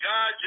God